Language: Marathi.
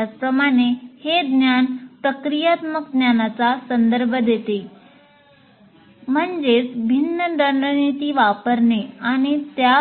त्याचप्रमाणे हे ज्ञान प्रक्रियात्मक ज्ञानाचा संदर्भ देते म्हणजेच भिन्न रणनिती वापरणे आणि त्या